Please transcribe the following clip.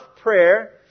prayer